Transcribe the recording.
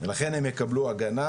ולכן הם יקבלו הגנה,